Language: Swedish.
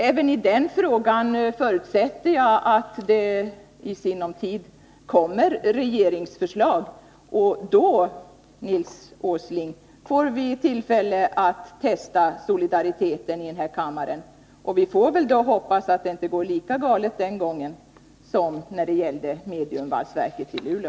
Även i den frågan förutsätter jag att det i sinom tid föreläggs riksdagen ett regeringsförslag. Då, Nils Åsling, får vi tillfälle att testa solidariteten i den här kammaren. Vi får hoppas att det inte då går lika galet som när det gällde mediumvalsverket i Luleå.